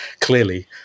Clearly